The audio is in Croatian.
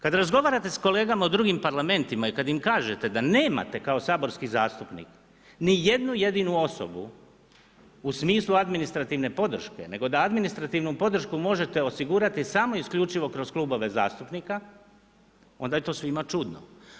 Kad razgovarate s kolegama u drugim Parlamentima i kad im kažete da nemate kao saborski zastupnik nijednu jedinu osobu u smislu administrativne podrške, nego da administrativnu podršku možete osigurati samo isključivo kroz klubove zastupnika onda je to svima čudno.